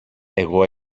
εγώ